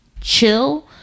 chill